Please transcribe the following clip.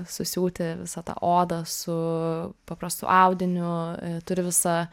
susiūti visą tą odą su paprastu audiniu turi visą